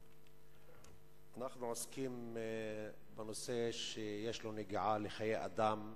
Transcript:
אנחנו עוסקים בנושא שיש לו נגיעה בחיי אדם,